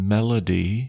Melody